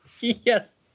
Yes